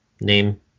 name